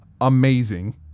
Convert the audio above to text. amazing